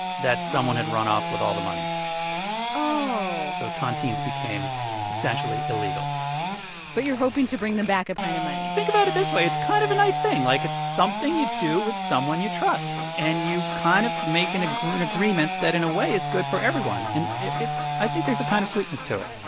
that someone had run off with all the money oh so tontines became essentially illegal but you're hoping to bring them back at planet money think about it this way. it's kind of a nice thing. like, it's something you do with someone you trust. and you kind of make an agreement agreement that, in a way, is good for everyone. and it's i think there's a kind of sweetness to it